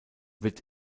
wird